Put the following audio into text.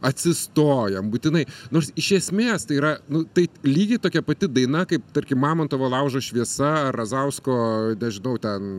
atsistojam būtinai nors iš esmės tai yra nu tai lygiai tokia pati daina kaip tarkim mamontovo laužo šviesa razausko nežinau ten